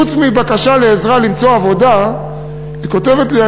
חוץ מבקשה לעזרה למצוא עבודה היא כותבת לי,